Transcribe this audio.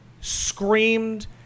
screamed